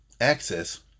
access